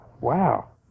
wow